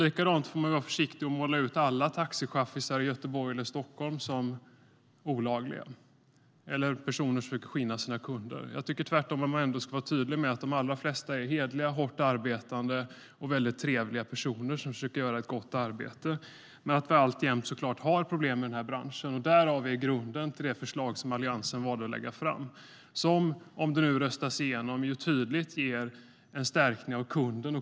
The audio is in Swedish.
Likadant ska vi vara försiktiga med att måla ut alla taxichaffisar i Göteborg eller Stockholm som att de utövar olagligheter eller skinnar sina kunder. Tvärtom ska vi vara tydliga med att de allra flesta taxiförare är hederliga, hårt arbetande och trevliga personer som försöker göra ett gott arbete men att det alltjämt finns problem i branschen. Där har vi grunden till det förslag som Alliansen valde att lägga fram. Om förslaget röstas igenom stärks kundens rätt tydligt.